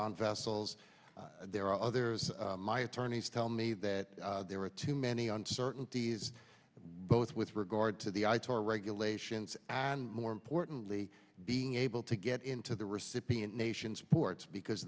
on vessels there are others my attorneys tell me that there are too many uncertainties both with regard to the ayatollah regulations and more importantly being able to get into the recipient nation's ports because